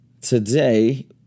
Today